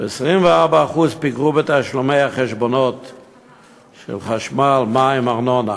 24% פיגרו בתשלומי החשבונות של חשמל, מים וארנונה.